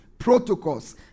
Protocols